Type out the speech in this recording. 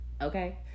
Okay